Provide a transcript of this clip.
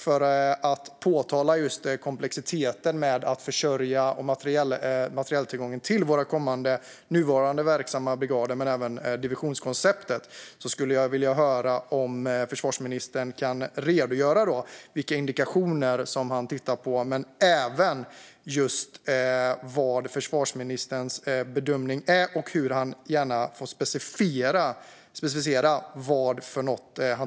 För att påvisa just komplexiteten gällande försörjning och materieltillgång till våra kommande och nuvarande verksamma brigader men även kring divisionskonceptet skulle jag vilja be försvarsministern redogöra för sin bedömning och vilka indikationer han tittar på när han följer frågan, som han säger i svaret.